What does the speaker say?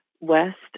west